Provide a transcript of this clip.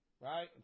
Right